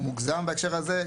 מוגזם בהקשר הזה.